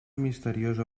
misteriosa